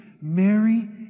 Mary